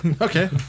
Okay